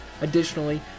Additionally